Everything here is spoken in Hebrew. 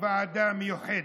ועדה מיוחדת.